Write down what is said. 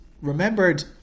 remembered